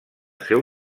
seu